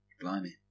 blimey